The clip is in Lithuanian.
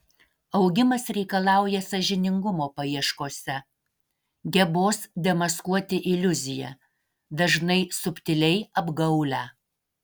augimas reikalauja sąžiningumo paieškose gebos demaskuoti iliuziją dažnai subtiliai apgaulią